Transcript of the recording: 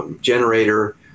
Generator